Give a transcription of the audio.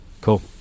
Cool